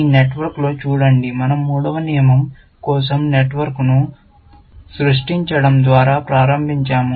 ఈ నెట్వర్క్లో చూడండి మన০ మూడవ నియమం కోసం నెట్వర్క్ను సృష్టించడం ద్వారా ప్రారంభించాము